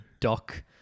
doc